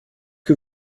que